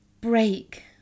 Break